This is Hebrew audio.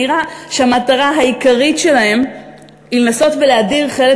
שנראה שהמטרה העיקרית שלהם היא לנסות ולהדיר חלק